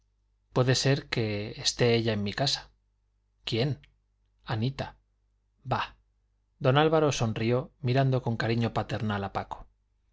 puede ser que esté ella en mi casa quién anita bah don álvaro sonrió mirando con cariño paternal a paco